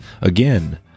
again